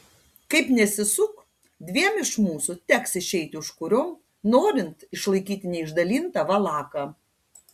kaip nesisuk dviem iš mūsų teks išeiti užkuriom norint išlaikyti neišdalintą valaką